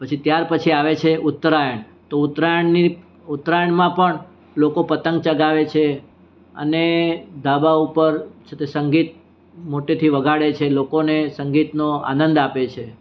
પછી ત્યાર પછી આવે છે ઉત્તરાયણ તો ઉત્તરાયણની ઉત્તરાયણમાં પણ લોકો પતંગ ચગાવે છે અને ધાબા ઉપર છે તે સંગીત મોટેથી વગાડે છે લોકોને સંગીતનો આનંદ આપે છે